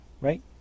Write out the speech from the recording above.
right